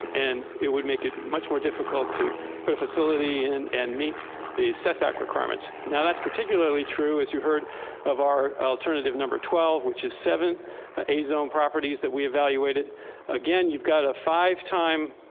and it would make it much more difficult to put a facility in and meet the setback requirements. now that's particularly true as you heard of our alternative number twelve, which is a zone properties that we evaluated again, you've got a five time.